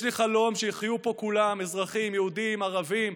יש לי חלום שיחיו פה כולם, אזרחים יהודים, ערבים,